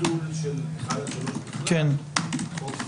אני מזכיר